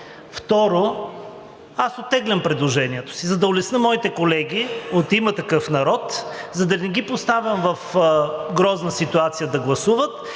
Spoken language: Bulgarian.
Второ, аз оттеглям предложението си, за да улесня моите колеги от „Има такъв народ“, за да не ги поставям в грозна ситуация да гласуват